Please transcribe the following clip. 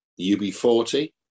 UB40